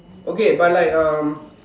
okay but like um